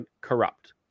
corrupt